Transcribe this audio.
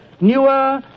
newer